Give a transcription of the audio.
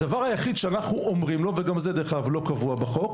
הדבר היחיד שאנחנו אומרים לו וגם זה דרך אגב לא קבוע בחוק,